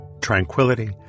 tranquility